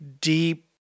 deep